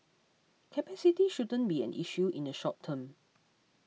capacity shouldn't be an issue in the short term